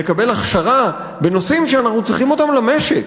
לקבל הכשרה בנושאים שאנחנו צריכים אותם למשק.